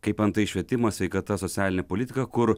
kaip antai švietimas sveikata socialinė politika kur